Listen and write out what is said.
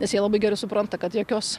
nes jie labai gerai supranta kad jokios